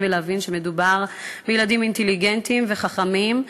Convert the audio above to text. ולהבין שמדובר בילדים אינטליגנטים וחכמים,